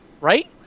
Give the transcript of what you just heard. right